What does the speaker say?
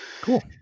Cool